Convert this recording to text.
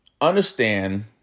understand